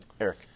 Eric